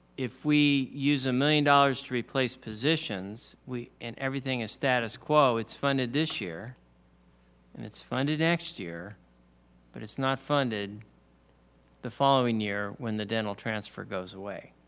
if we use a million dollars to replace positions and everything is status quo, it's funded this year and it's funded next year but it's not funded the following year when the dental transfer goes away.